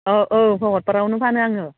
अ औ भकतपारायावनो फानो आङो